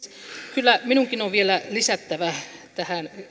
kyllä minunkin on vielä lisättävä tähän